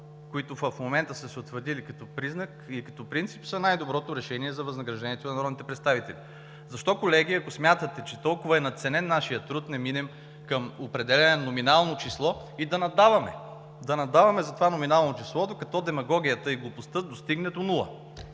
които в момента са се утвърдили като признак или като принцип, са най-доброто решение за възнаграждението на народните представители? Колеги, ако смятате, че нашият труд е толкова надценен, защо не минем към определяне на номинално число и да наддаваме – да наддаваме за това номинално число, докато демагогията и глупостта достигнат до нула?